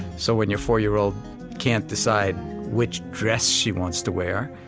so when your four-year-old can't decide which dress she wants to wear,